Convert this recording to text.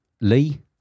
Lee